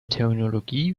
terminologie